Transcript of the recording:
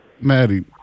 Maddie